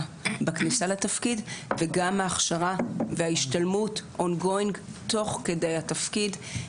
בכניסה לתפקיד וגם ההכשרה וההשתלמות תוך כדי התפקיד,